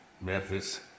Memphis